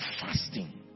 fasting